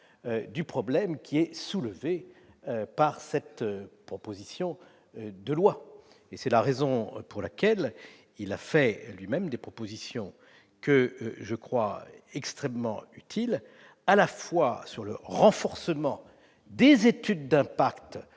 du problème soulevé par cette proposition de loi. C'est la raison pour laquelle il a lui-même formulé des propositions que je crois extrêmement utiles, tant sur le renforcement des études d'impact,